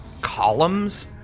columns